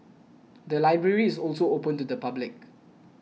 the library is also open to the public